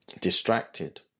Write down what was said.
distracted